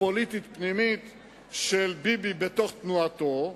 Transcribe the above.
פוליטית פנימית של ביבי בתוך תנועתו,